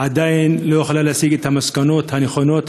עדיין לא יכולה להסיק את המסקנות הנכונות,